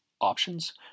options